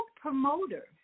promoter